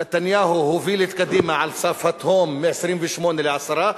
נתניהו הוביל את קדימה אל סף התהום, מ-28 לעשרה.